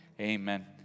amen